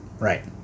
Right